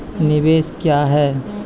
निवेश क्या है?